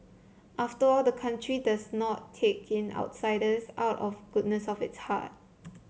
after all the country does not take in outsiders out of goodness of its heart